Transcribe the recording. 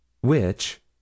Which